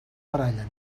barallen